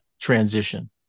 transition